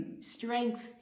strength